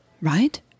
right